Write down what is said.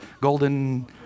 golden